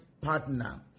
partner